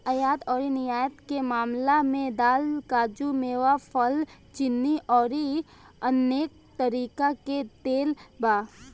आयात अउरी निर्यात के मामला में दाल, काजू, मेवा, फल, चीनी अउरी अनेक तरीका के तेल बा